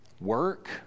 Work